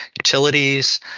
Utilities